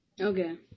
Okay